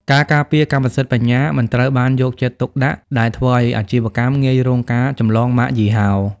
ការការពារកម្មសិទ្ធិបញ្ញា មិនត្រូវបានយកចិត្តទុកដាក់ ដែលធ្វើឱ្យអាជីវកម្មងាយរងការចម្លងម៉ាកយីហោ។